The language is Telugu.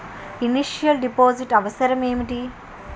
ఇనిషియల్ డిపాజిట్ అవసరం ఏమిటి?